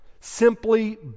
Simply